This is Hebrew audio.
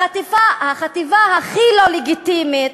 החטיבה הכי לא לגיטימית,